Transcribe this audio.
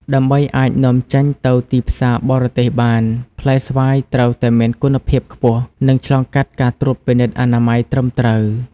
ដើម្បីអាចនាំចេញទៅទីផ្សារបរទេសបាន ផ្លែស្វាយត្រូវតែមានគុណភាពខ្ពស់ និងឆ្លងកាត់ការត្រួតពិនិត្យអនាម័យត្រឹមត្រូវ។